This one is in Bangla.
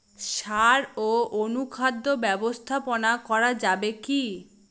সাড় ও অনুখাদ্য ব্যবস্থাপনা করা যাবে কি?